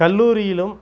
கல்லூரியிலும்